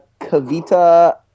kavita